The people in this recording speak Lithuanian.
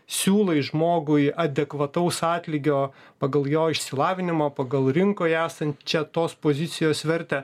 siūlai žmogui adekvataus atlygio pagal jo išsilavinimą pagal rinkoje esančią tos pozicijos vertę